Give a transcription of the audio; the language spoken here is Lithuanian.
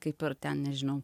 kaip ir ten nežinau